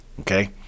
okay